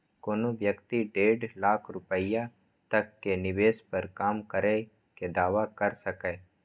कोनो व्यक्ति डेढ़ लाख रुपैया तक के निवेश पर कर कम करै के दावा कैर सकैए